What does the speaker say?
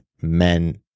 men